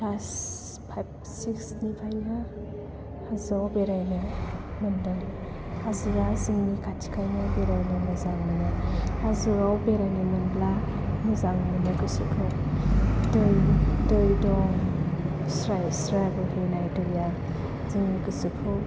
class five six निफ्रायनो हाजोआव बेरायनो मोनदों हाजोआ जोंनि खाथिखायनो बेरायनो मोजां मोनो हाजोआव बेरायनो मोनब्ला मोजां मोनो गोसोखौ दै दं स्राय स्राय बोहैनाय दैया जोंनि गोसोखौ